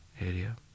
area